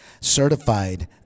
certified